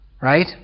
right